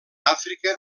àfrica